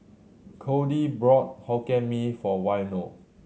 Codie brought Hokkien Mee for Waino